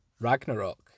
Ragnarok